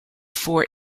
four